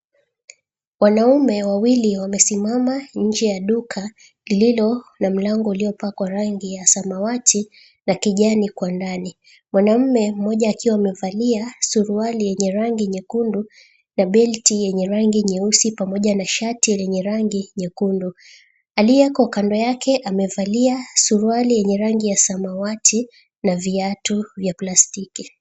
Wanaume wawili wamesimama inje ya duka lililo na mlango uliyopakwa rangi ya samawati na kijani kwa ndani. Mwanaume mmjoja akiwa amevalia suruali yenye rangi nyekundu na belti yenye rangi nyeusi pamoja na shati lenye rangi nyekundu. Aliyeko kando yake amevalia suruali yenye rangi ya samawati na viatu vya plastiki.